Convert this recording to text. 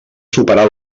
superar